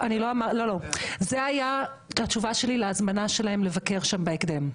זו היתה תשובתי להזמנה שלהם לבקר שם בהקדם.